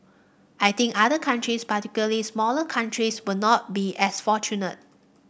I think other countries particularly smaller countries will not be as fortunate